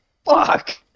fuck